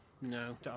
No